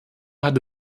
hat